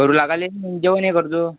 करू लागाले जेवून ये घरचं